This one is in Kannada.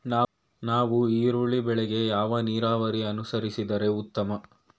ನಾವು ಈರುಳ್ಳಿ ಬೆಳೆಗೆ ಯಾವ ನೀರಾವರಿ ಅನುಸರಿಸಿದರೆ ಉತ್ತಮ?